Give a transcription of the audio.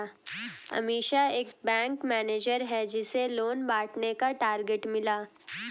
अमीषा एक bank manager है जिसे लोन बांटने का टारगेट मिला